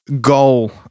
goal